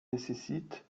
nécessite